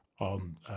on